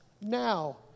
now